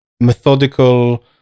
methodical